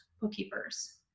bookkeepers